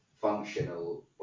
functional